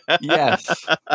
yes